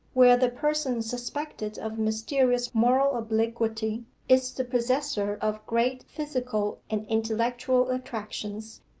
where the person suspected of mysterious moral obliquity is the possessor of great physical and intellectual attractions,